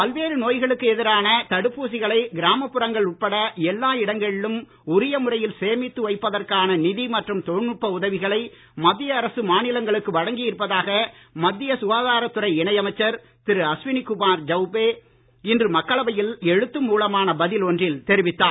பல்வேறு நோய்களுக்கு எதிரான தடுப்பூசிகளை கிராமப்புறங்கள் உட்பட எல்லா இடங்களிலும் உரிய முறையில் சேமித்து வைப்பதற்கான நிதி மற்றும் தொழில்நுட்ப உதவிகளை மத்திய அரசு மாநிலங்களுக்கு வழங்கி இருப்பதாக மத்திய சுகாதாரத் துறை இணை அமைச்சர் திரு அஸ்வினிகுமார் சௌபே இன்று மக்களவையில் எழுத்து மூலமான பதில் ஒன்றில் தெரிவித்தார்